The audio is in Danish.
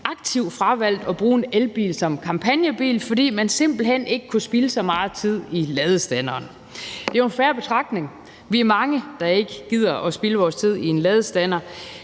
aktivt fravalgt at bruge en elbil som kampagnebil, fordi man simpelt hen ikke kunne spilde så meget tid i ladestanderen. Det er jo en fair betragtning. Vi er mange, der ikke gider at spilde vores tid i en ladestander,